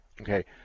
Okay